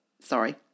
sorry